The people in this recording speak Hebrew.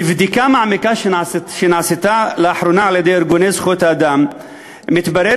מבדיקה מעמיקה שנעשתה לאחרונה על-ידי ארגוני זכויות האדם מתבררת